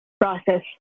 process